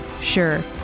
Sure